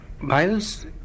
Miles